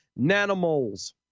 nanomoles